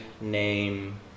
name